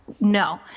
no